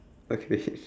okay wait